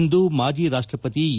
ಇಂದು ಮಾಜಿ ರಾಷ್ಷಪತಿ ಎ